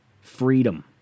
freedom